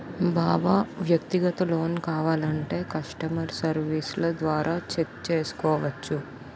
బావా వ్యక్తిగత లోన్ కావాలంటే కష్టమర్ సెర్వీస్ల ద్వారా చెక్ చేసుకోవచ్చు